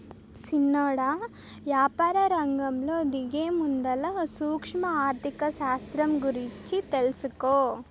సిన్నోడా, యాపారరంగంలో దిగేముందల సూక్ష్మ ఆర్థిక శాస్త్రం గూర్చి తెలుసుకో